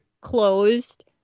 closed